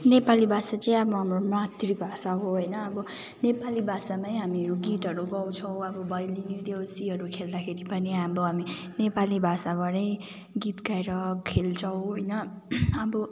नेपाली भाषा चाहिँ अब हाम्रो मातृभाषा हो होइन अब नेपाली भाषामै हामीहरू गीतहरू गाउँछौँ अब भैलिनी देउसीहरू खेल्दाखेरि पनि अब हामी नेपाली भाषाबाटै गीत गाएर खेल्छौँ होइन अब